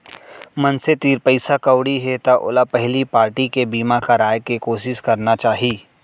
मनसे तीर पइसा कउड़ी हे त ओला पहिली पारटी के बीमा कराय के कोसिस करना चाही